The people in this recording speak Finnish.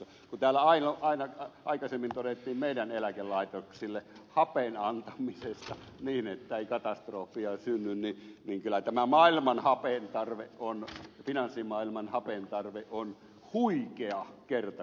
kun täällä aikaisemmin todettiin hapen antamisesta meidän eläkelaitoksillemme niin että ei katastrofia synny niin kyllä tämä maailman hapentarve on finanssimaailman hapentarve huikea kerta kaikkiaan